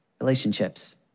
relationships